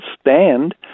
stand